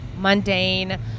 mundane